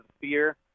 fear